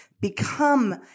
become